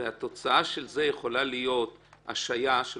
והתוצאה של זה יכולה להיות השעיה של